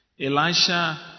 Elisha